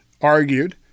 argued